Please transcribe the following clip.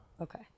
Okay